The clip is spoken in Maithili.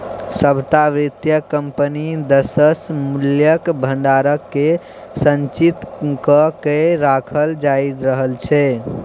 सभटा वित्तीय कम्पनी दिससँ मूल्यक भंडारकेँ संचित क कए राखल जाइत रहल छै